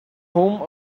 whom